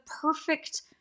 perfect